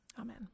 Amen